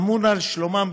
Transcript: אמון על שלומם,